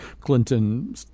Clinton